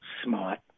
smart